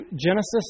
Genesis